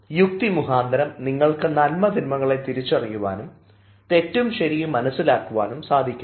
യുക്തി മുഖാന്തരം നിങ്ങൾക്ക് നന്മതിന്മകളെ തിരിച്ചറിയുവാനും തെറ്റും ശരിയും മനസ്സിലാക്കുവാനും സാധിക്കുന്നു